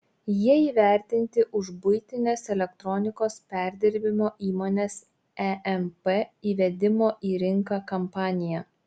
jie įvertinti už buitinės elektronikos perdirbimo įmonės emp įvedimo į rinką kampaniją